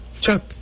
chuck